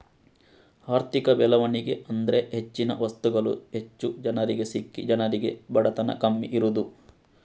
ಆರ್ಥಿಕ ಬೆಳವಣಿಗೆ ಅಂದ್ರೆ ಹೆಚ್ಚಿನ ವಸ್ತುಗಳು ಹೆಚ್ಚು ಜನರಿಗೆ ಸಿಕ್ಕಿ ಜನರಿಗೆ ಬಡತನ ಕಮ್ಮಿ ಇರುದು